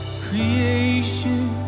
Creation